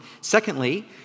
Secondly